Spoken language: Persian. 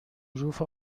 ظروف